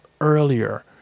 earlier